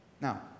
Now